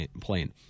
plane